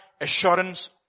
assurance